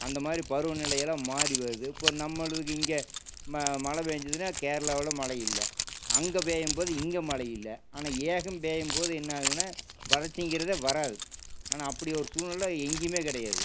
அந்த மாதிரி பருவநிலையெல்லாம் மாறி வருது இப்போ நம்மளுக்கு இங்கே மழை பேஞ்சிதுன்னா கேரளாவுல மழை இல்லை அங்கே பெய்யும் போது இங்கே மழை இல்லை ஆனா ஏகம் பெய்யும்போது என்ன ஆகுதுன்னா வரட்சிக்கிறதே வராது ஆனால் அப்படி ஒரு சூழ்நிலை எங்கமே கிடையாது